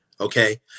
Okay